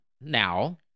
now